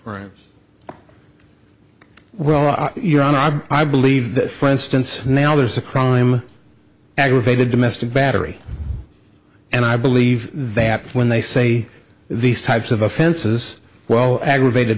i'm i believe that for instance now there's a crime aggravated domestic battery and i believe that when they say these types of offenses well aggravated